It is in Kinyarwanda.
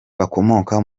bakomoka